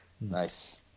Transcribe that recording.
Nice